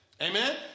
Amen